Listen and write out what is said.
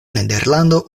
nederlando